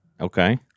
Okay